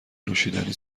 نوشیدنی